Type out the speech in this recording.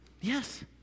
Yes